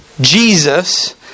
Jesus